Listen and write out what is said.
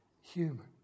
human